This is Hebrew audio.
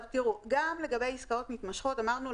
גם לגבי עסקאות מתמשכות אמרנו,